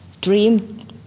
dream